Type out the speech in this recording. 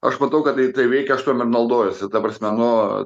aš matau kad tai tai veikia aš tuo naudojuosi ta prasme nu